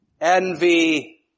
envy